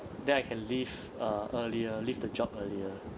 then I can leave uh earlier leave the job earlier